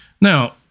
Now